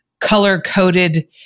color-coded